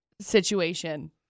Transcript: situation